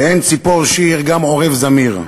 "באין ציפור שיר, גם עורב זמיר"